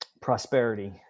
Prosperity